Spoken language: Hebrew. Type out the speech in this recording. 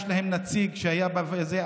יש להם נציג שהיה בזה,